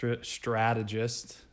strategist